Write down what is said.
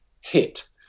hit